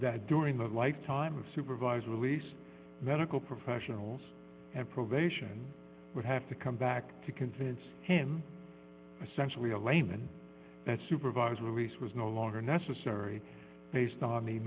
that during the lifetime of supervised release medical professionals and probation would have to come back to convince him essentially a layman that supervised release was no longer necessary based on